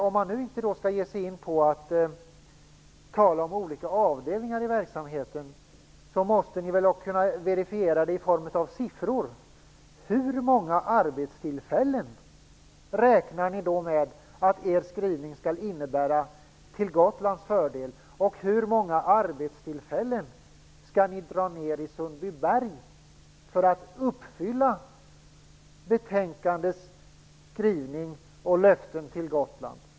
Om ni nu inte ger er in på att tala om olika avdelningar i verksamheten, måste ni väl kunna verifiera i form av siffror. Hur många arbetstillfällen räknar ni med att er skrivning skall innebära till Gotlands fördel? Hur många arbetstillfällen skall ni dra in i Sundbyberg för att uppfylla betänkandets löften till Gotland?